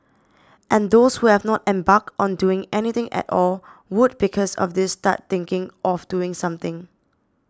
and those who have not embarked on doing anything at all would because of this start thinking of doing something